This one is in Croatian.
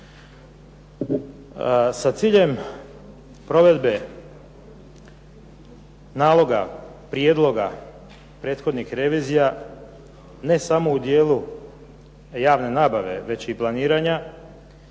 Sa ciljem provedbe naloga prijedloga prethodnih revizija ne samo u dijelu javne nabave već i planiranja